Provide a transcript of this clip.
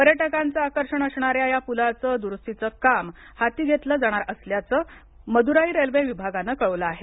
पर्यटकांचं आकर्षण असणाऱ्या या पुलाचं द्रुस्तीचं काम हाती घेतलं जाणार असल्याचं मद्राई रंल्वे विभागानं कळवलं आहे